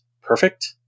perfect